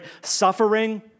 suffering